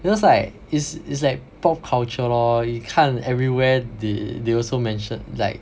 because like it's it's like pop culture lor you 看 everywhere they they also mention like